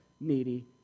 needy